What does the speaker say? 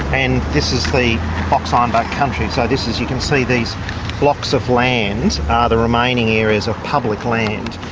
and this is the box ah ironbark country. so this is. you can see these blocks of land are ah the remaining areas of public land.